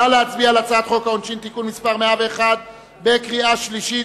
נא להצביע על הצעת חוק העונשין (תיקון מס' 101) בקריאה שלישית.